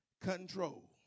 control